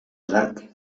drac